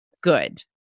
good